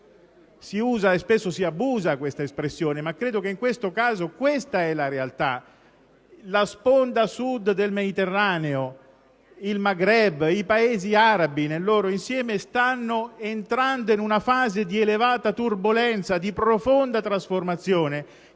Si usa, e spesso se ne abusa, questa espressione, ma nel caso specifico credo che questa sia la realtà. La sponda Sud del Mediterraneo, il Maghreb, i Paesi arabi nel loro insieme, stanno entrando in una fase di elevata turbolenza, di profonda trasformazione,